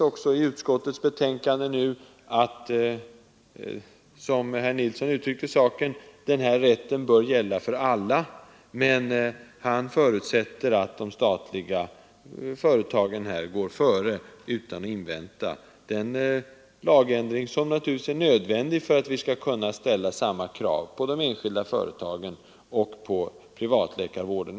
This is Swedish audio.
I utskottsbetänkandet sägs nu, som herr Nilsson uttrycker saken, att den här rätten bör gälla för alla, men han förutsätter att de statliga företagen går före utan att invänta den lagändring som naturligtvis är nödvändig för att vi skall kunna ställa samma krav på de enskilda företagen och på privatläkarvården.